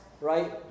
right